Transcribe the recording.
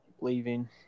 leaving